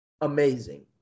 amazing